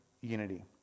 unity